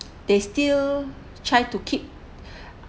they still try to keep